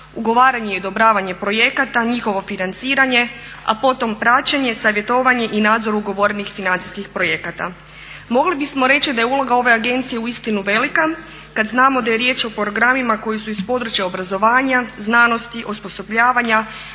ugovaranje i odobravanje projekata, njihovo financiranje, a potom praćenje, savjetovanje i nadzor ugovorenih financijskih projekata. Mogli bismo reći da je uloga ove agencije uistinu velika kad znamo da je riječ o programima koji su iz područja obrazovanja, znanosti, osposobljavanja